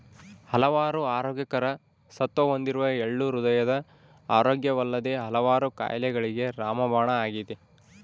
ಹಲವಾರು ಆರೋಗ್ಯಕರ ಸತ್ವ ಹೊಂದಿರುವ ಎಳ್ಳು ಹೃದಯದ ಆರೋಗ್ಯವಲ್ಲದೆ ಹಲವಾರು ಕಾಯಿಲೆಗಳಿಗೆ ರಾಮಬಾಣ ಆಗಿದೆ